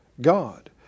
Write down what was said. God